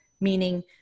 Meaning